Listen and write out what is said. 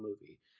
movie